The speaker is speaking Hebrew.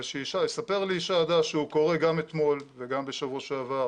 אבל יספר לי ישי הדס שהוא קורא גם אתמול וגם בשבוע שעבר